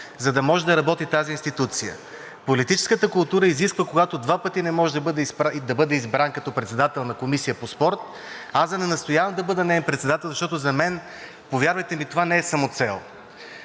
за да може да работи тази институция. Политическата култура изисква, когато два пъти не може да бъде избран като председател на Комисията по спорта – аз да не настоявам да бъда неин председател, защото за мен, повярвайте ми, това не е самоцел.